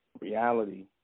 reality